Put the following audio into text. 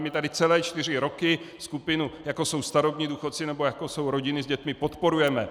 My tady celé čtyři roky skupinu, jako jsou starobní důchodci nebo jako jsou rodiny s dětmi, podporujeme.